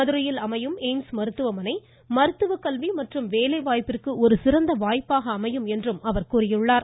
மதுரையில் அமையும் எய்ம்ஸ் மருத்துவமனை மருத்துவக்கல்வி மற்றும் வேலைவாய்ப்பிற்கு ஒரு சிறந்த வாய்ப்பாக அமையும் என கூறினார்